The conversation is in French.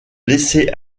laisser